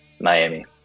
Miami